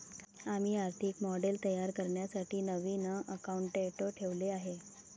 आम्ही आर्थिक मॉडेल तयार करण्यासाठी नवीन अकाउंटंट ठेवले आहे